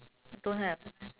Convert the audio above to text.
don't have